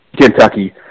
kentucky